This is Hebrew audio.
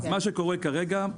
בבקשה.